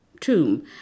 tomb